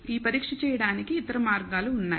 ఈ పరీక్ష చేయడానికి ఇతర మార్గాలు ఉన్నాయి